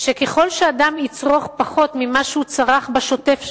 שככל שאדם יצרוך פחות ממה שהוא צרך בשוטף שלו,